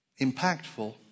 impactful